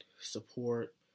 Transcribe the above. support